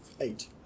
Eight